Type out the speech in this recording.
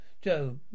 Joe